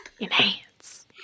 Enhance